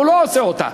והוא לא עושה אותה.